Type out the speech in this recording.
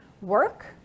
work